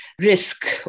risk